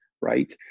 right